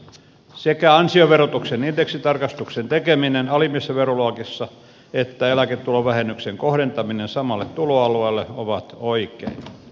sekä ansioverotuksen indeksitarkastuksen tekeminen alimmissa veroluokissa että eläketulovähennyksen kohdentaminen samalle tuloalueelle ovat oikein